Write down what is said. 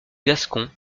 gascon